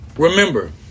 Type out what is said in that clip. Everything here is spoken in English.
Remember